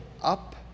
up